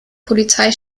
polizei